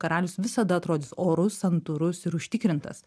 karalius visada atrodys orus santūrus ir užtikrintas